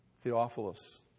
Theophilus